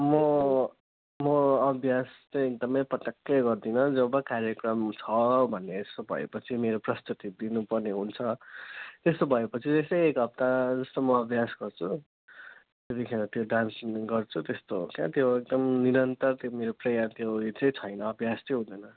म म अभ्यास चाहिँ एकदमै पटक्कै गर्दिनँ जब कार्यक्रम छ भन्ने यसो भएपछि मेरो प्रस्तुति दिनुपर्ने हुन्छ त्यस्तो भएपछि त्यसै एक हप्ता जस्तो म अभ्यास गर्छु त्यतिखेर त्यो डान्स गर्छु त्यस्तो हो क्या त्यो एकदम निरन्तर त्यो मेरो प्रेयार त्यो यो चाहिँ छैन अभ्यास चाहिँ हुँदैन